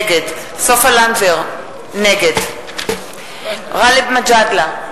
נגד סופה לנדבר, נגד גאלב מג'אדלה,